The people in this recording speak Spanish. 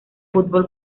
fútbol